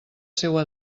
seua